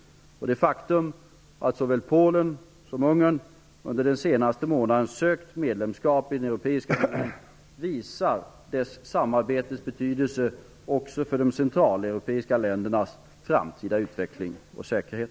Och det faktum att såväl Polen som Ungern under den senaste månaden sökt medlemskap visar unionssamarbetets betydelse också för de centraleuropeiska ländernas framtida utveckling och säkerhet.